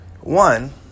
One